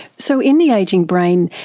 so in the ageing brain,